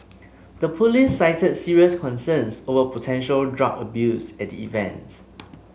the police cited serious concerns over potential drug abuse at the event